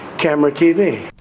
camera, tv.